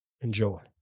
Enjoy